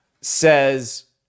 says